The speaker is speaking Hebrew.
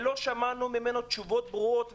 ולא שמענו ממנו תשובות ברורות.